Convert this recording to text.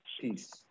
peace